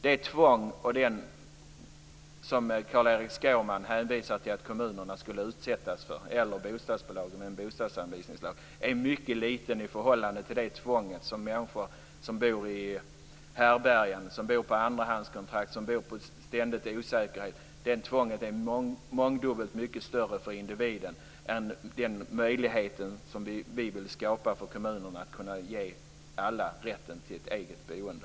Det tvång som Carl-Erik Skårman hänvisar till att kommunerna eller bostadsbolagen skulle utsättas för med en bostadsanvisningslag är mycket litet i förhållande till det tvång som de människor känner som bor i härbärgen, på andrahandskontrakt och i ständig osäkerhet. Det tvånget är mångdubbelt större för individen än den möjlighet som vi vill skapa för kommunerna att ge alla rätten till eget boende.